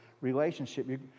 relationship